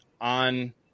on